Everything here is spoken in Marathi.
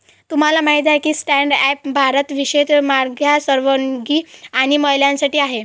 तुम्हाला माहित आहे का की स्टँड अप भारत विशेषतः मागासवर्गीय आणि महिलांसाठी आहे